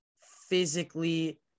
physically